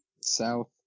South